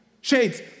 Shades